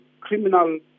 criminal